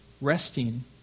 resting